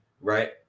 Right